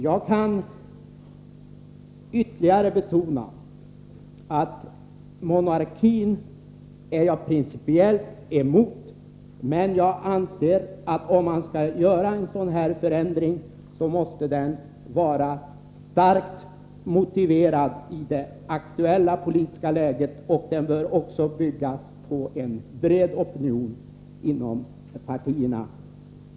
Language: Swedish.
Jag kan ytterligare betona att jag principiellt är emot monarki, men en förändring av statsskicket måste vara starkt motiverad av det aktuella politiska läget och bygga på en bred opinion inom partierna.